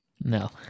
No